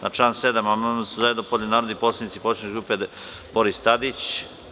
Na član 7. amandman su zajedno podneli narodni poslanici poslaničke grupe Boris Tadić.